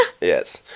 Yes